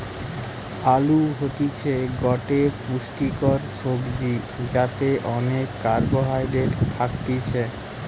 আলু হতিছে গটে পুষ্টিকর সবজি যাতে অনেক কার্বহাইড্রেট থাকতিছে